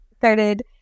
started